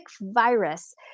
virus